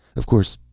of course,